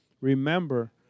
Remember